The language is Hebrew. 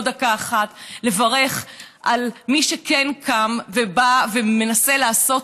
עוד דקה אחת לברך את מי שכן קם ובא ומנסה לעשות